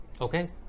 Okay